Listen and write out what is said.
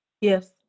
yes